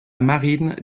marine